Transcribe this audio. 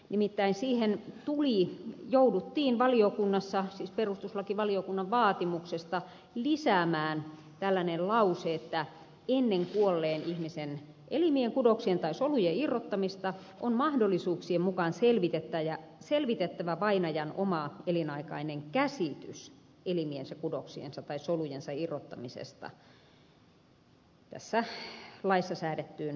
nimittäin siihen jouduttiin valiokunnassa siis perustuslakivaliokunnan vaatimuksesta lisäämään tällainen lause että ennen kuolleen ihmisen elimien kudoksien tai solujen irrottamista on mahdollisuuksien mukaan selvitettävä vainajan oma elinaikainen käsitys elimiensä kudoksiensa tai solujensa irrottamisesta tässä laissa säädettyyn tarkoitukseen